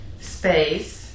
space